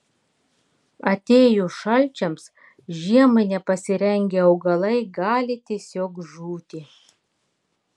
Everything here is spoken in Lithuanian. atėjus šalčiams žiemai nepasirengę augalai gali tiesiog žūti